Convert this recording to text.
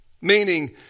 meaning